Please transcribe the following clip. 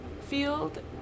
field